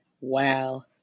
wow